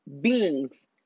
Beings